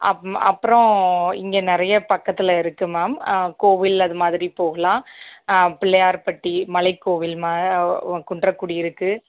அப் அப்புறம் இங்கே நிறைய பக்கத்தில் இருக்குது மேம் கோவில் அதுமாதிரி போகலாம் ஆ பிள்ளையார்பட்டி மலைக்கோவில் மா ஓ குன்றக்குடி இருக்குது